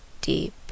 deep